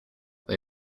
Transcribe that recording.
they